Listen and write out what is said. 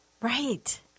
Right